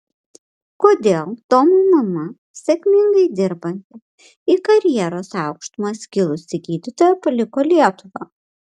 kodėl tomo mama sėkmingai dirbanti į karjeros aukštumas kilusi gydytoja paliko lietuvą